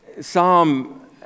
Psalm